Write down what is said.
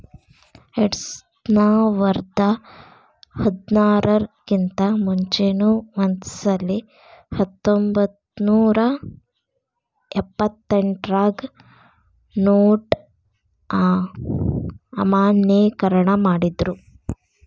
ಎರ್ಡ್ಸಾವರ್ದಾ ಹದ್ನಾರರ್ ಕಿಂತಾ ಮುಂಚೆನೂ ಒಂದಸಲೆ ಹತ್ತೊಂಬತ್ನೂರಾ ಎಪ್ಪತ್ತೆಂಟ್ರಾಗ ನೊಟ್ ಅಮಾನ್ಯೇಕರಣ ಮಾಡಿದ್ರು